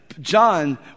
John